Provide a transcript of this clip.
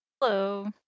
Hello